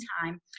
time